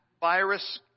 virus